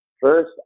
First